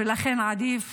ולכן עדיף